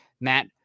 Matt